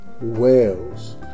Wales